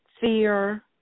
fear